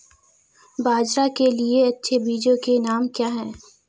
बाजरा के लिए अच्छे बीजों के नाम क्या हैं?